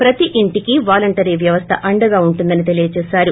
ప్రతి ఇంటీకి వాలంటరీ వ్యవస్థ అండగా ఉంటుందని తెలిపారు